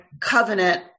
covenant